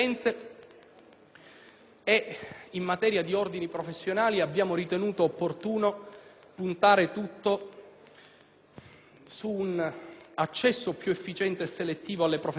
in materia di Ordini professionali ed abbiamo ritenuto opportuno puntare tutto su un accesso più efficiente e selettivo alle professioni protette,